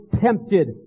tempted